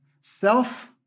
self